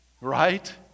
Right